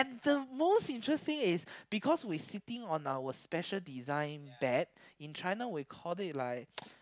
the most interesting is because we sitting on our special designed bed in China we called it like